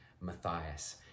Matthias